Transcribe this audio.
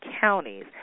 counties